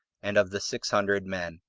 and of the six hundred men.